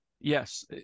Yes